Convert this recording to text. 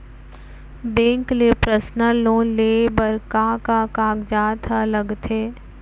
Bank ले personal loan लेये बर का का कागजात ह लगथे?